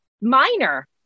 minor